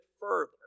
further